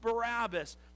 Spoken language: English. Barabbas